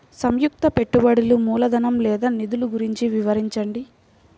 సంయుక్త పెట్టుబడులు మూలధనం లేదా నిధులు గురించి వివరించండి?